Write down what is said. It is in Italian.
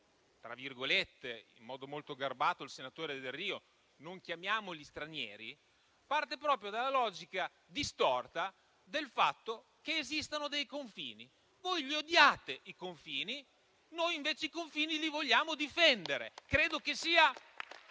ha detto, in modo molto garbato, il senatore Delrio: non chiamiamoli stranieri) parte proprio dalla logica distorta del fatto che esistano dei confini. Voi li odiate i confini, noi invece i confini li vogliamo difendere.